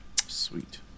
Sweet